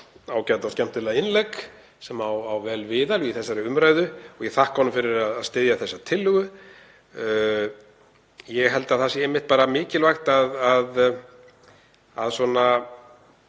ágæta og skemmtilega innlegg sem á vel við í þessari umræðu og ég þakka honum fyrir að styðja þessa tillögu. Ég held að það sé mikilvægt, auk